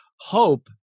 hope